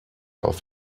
auf